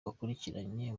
bakurikiranye